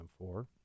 M4